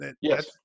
Yes